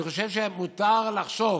אני חושב שמותר לחשוב